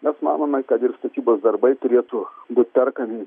mes manome kad ir statybos darbai turėtų būt perkami